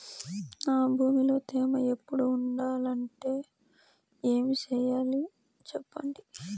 నా భూమిలో తేమ ఎప్పుడు ఉండాలంటే ఏమి సెయ్యాలి చెప్పండి?